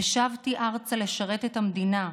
ושבתי ארצה לשרת את המדינה,